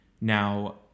Now